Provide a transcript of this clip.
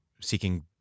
seeking